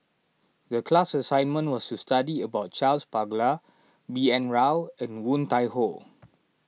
the class assignment was to study about Charles Paglar B N Rao and Woon Tai Ho